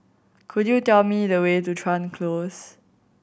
could you tell me the way to Chuan Close